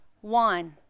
One